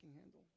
handle